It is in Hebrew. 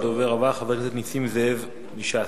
הדובר הבא הוא חבר הכנסת נסים זאב מש"ס.